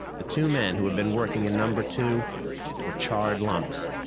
the two men who had been working in number two were charred lumps,